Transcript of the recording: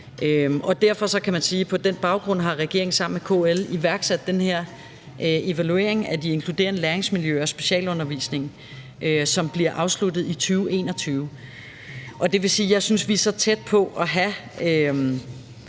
der er truffet. På den baggrund har regeringen sammen med KL iværksat den her evaluering af de inkluderende læringsmiljøer og specialundervisningen, som bliver afsluttet i 2021. Og det vil sige, at vi er så tæt på at have